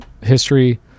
history